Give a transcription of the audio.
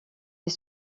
est